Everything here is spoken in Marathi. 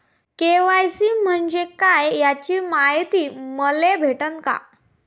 के.वाय.सी म्हंजे काय याची मायती मले भेटन का?